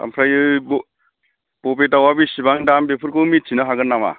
ओमफ्रायो बबे दावा बेसेबां दाम बेफोरखौ मिथिनो हागोन नामा